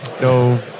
no